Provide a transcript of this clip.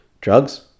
drugs